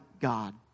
God